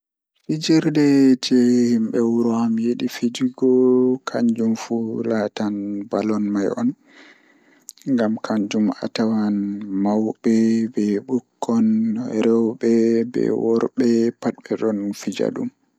E nder leydi am, ɓe naatnoytaa waɗi deewtaare ɓiɓɓe e sportuɗi ɗiɗi. Football woni ɗum sportu ɗiɗi, ɗiɗi baɗɗoowo ɓe naatnoytaa tawdi, basketball ɓe fotndi ndiyan. Yimɓe ɓe yewti e jangu e boɗɗoowo e diiwe, mbaawdi e ciyawdo.